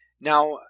Now